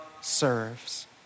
serves